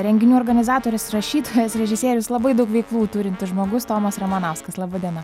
renginių organizatorius rašytojas režisierius labai daug veiklų turintis žmogus tomas ramanauskas laba diena